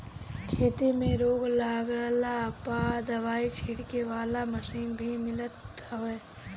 खेते में रोग लागला पअ दवाई छीटे वाला मशीन भी मिलत हवे